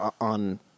on